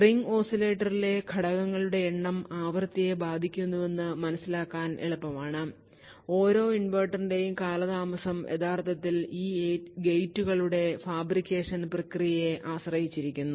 ring ഓസിലേറ്ററിലെ ഘട്ടങ്ങളുടെ എണ്ണം ആവൃത്തിയെ ബാധിക്കുന്നുവെന്ന് മനസിലാക്കാൻ എളുപ്പമാണ് ഓരോ ഇൻവെർട്ടറിന്റെയും കാലതാമസം യഥാർത്ഥത്തിൽ ഈ ഗേറ്റുകളുടെ ഫാബ്രിക്കേഷൻ പ്രക്രിയയെ ആശ്രയിച്ചിരിക്കുന്നു